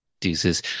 deuces